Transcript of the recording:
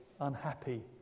unhappy